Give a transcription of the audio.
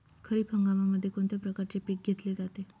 खरीप हंगामामध्ये कोणत्या प्रकारचे पीक घेतले जाते?